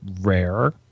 Rare